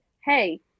hey